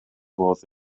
modd